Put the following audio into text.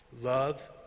love